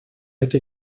этой